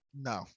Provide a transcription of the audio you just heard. No